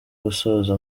gusoza